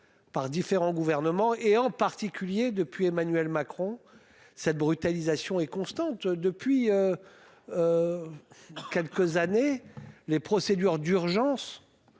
par différents gouvernements et en particulier depuis Emmanuel Macron cette brutalisation est constante depuis. Quelques années les procédures d'urgence.